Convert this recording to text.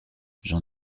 j’en